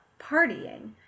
partying